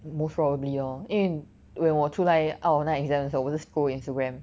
most probably lor 因为 when 我出来 out of 那 exam 的时候我不是 scroll Instagram